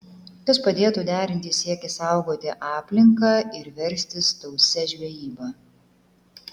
kas padėtų derinti siekį saugoti aplinką ir verstis tausia žvejyba